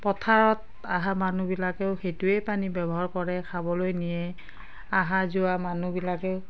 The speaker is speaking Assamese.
পথাৰত আহা মানুহবিলাকেও সেইটোৱেই পানী ব্যৱহাৰ কৰে খাবলৈ নিয়ে অহা যোৱা মানুহবিলাকেও